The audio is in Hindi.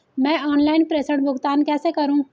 मैं ऑनलाइन प्रेषण भुगतान कैसे करूँ?